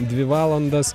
dvi valandas